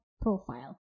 profile